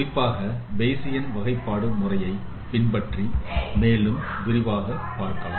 குறிப்பாக பேய்சியன் வகைப்பாடு முறையை பற்றி மேலும் விரிவாக பார்க்கலாம்